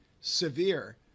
severe